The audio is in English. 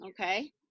Okay